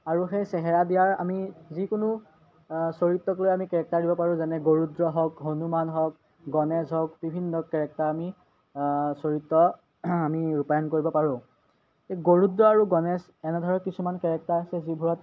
আৰু সেই চেহেৰা দিয়াৰ আমি যিকোনো চৰিত্ৰক লৈ আমি কেৰেক্টাৰ দিব পাৰোঁ যেনে গৰুদ্ৰ হওক হনুমান হওক গণেশ হওক বিভিন্ন কেৰেক্টাৰ আমি চৰিত্ৰ আমি ৰূপায়ণ কৰিব পাৰোঁ এই গৰুদ্ৰ আৰু গণেশ এনেধৰণৰ কিছুমান কেৰেক্টাৰ আছে যিবোৰত